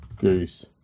Goose